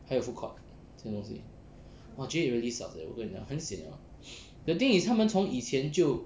还有 food court 这样东西而已 !wah! J eight really sucks eh 我跟你讲很 sian 了 eh the thing is 它们从以前就